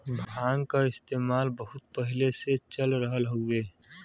भांग क इस्तेमाल बहुत पहिले से चल रहल हउवे